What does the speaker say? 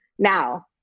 Now